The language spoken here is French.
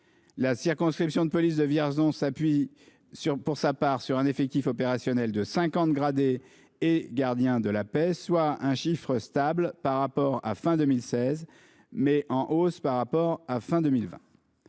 La circonscription de sécurité publique de Vierzon s'appuie, pour sa part, sur un effectif opérationnel de 50 gradés et gardiens de la paix, soit un chiffre stable par rapport à la fin de 2016, mais en hausse par rapport à la fin de 2020.